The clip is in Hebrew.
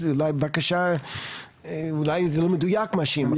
אז אולי בבקשה, אולי זה לא מדויק מה שהיא אמרה.